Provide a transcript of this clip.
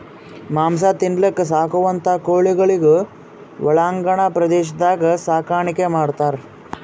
ಮಾಂಸ ತಿನಲಕ್ಕ್ ಸಾಕುವಂಥಾ ಕೋಳಿಗೊಳಿಗ್ ಒಳಾಂಗಣ ಪ್ರದೇಶದಾಗ್ ಸಾಕಾಣಿಕೆ ಮಾಡ್ತಾರ್